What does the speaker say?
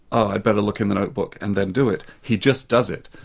i'd better look in the notebook, and then do it. he just does it.